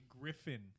griffin